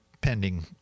pending